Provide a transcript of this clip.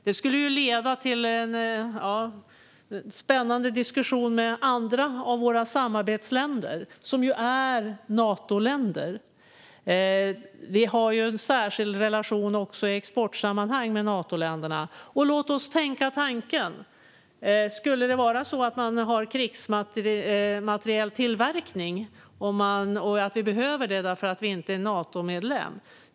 Det skulle ju leda till en spännande diskussion med våra andra samarbetsländer som är Natoländer. Vi har också en särskild relation i exportsammanhang med Natoländerna. Låt oss tänka tanken. Skulle det vara så att vi har krigsmaterieltillverkning och att vi behöver det för att vi inte är Natomedlem?